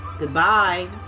Goodbye